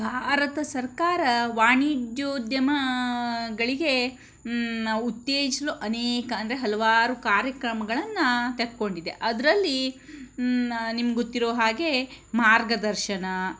ಭಾರತ ಸರ್ಕಾರ ವಾಣಿಜ್ಯೋದ್ಯಮಗಳಿಗೆ ಉತ್ತೇಜನ ಅನೇಕ ಅಂದರೆ ಹಲವಾರು ಕಾರ್ಯಕ್ರಮಗಳನ್ನ ತೆಕ್ಕೊಂಡಿದೆ ಅದರಲ್ಲಿ ನಿಮಗೊತ್ತಿರೋ ಹಾಗೆ ಮಾರ್ಗದರ್ಶನ